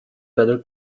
better